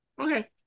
Okay